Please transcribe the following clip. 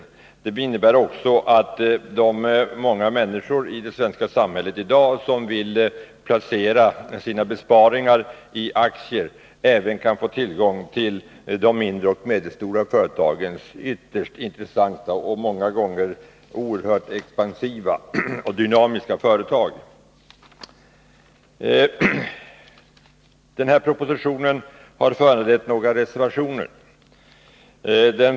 Propositionens förslag innebär också att de många människor i det svenska samhället som i dag vill placera sina besparingar i aktier även kan få tillträde till de ytterst intressanta och många gånger oerhört expansiva och dynamiska mindre och medelstora företagen. Propositionen har föranlett några reservationer.